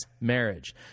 marriage